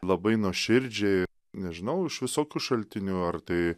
labai nuoširdžiai nežinau iš visokių šaltinių ar tai